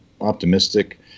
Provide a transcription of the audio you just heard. optimistic